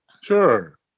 Sure